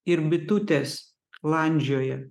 ir bitutės landžioja